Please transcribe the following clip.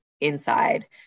inside